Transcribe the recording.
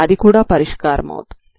అది కూడా పరిష్కారమవుతుంది